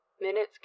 Minutes